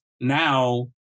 now